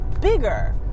bigger